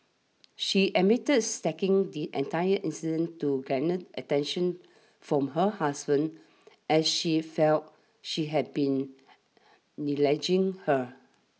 she admitted staging the entire incident to garner attention from her husband as she felt she had been neglecting her